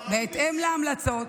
בהתאם להמלצות,